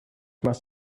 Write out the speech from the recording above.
must